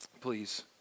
please